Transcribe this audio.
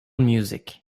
music